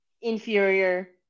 inferior